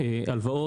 גילאי רכבים,